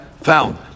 found